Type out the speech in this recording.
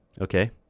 Okay